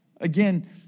Again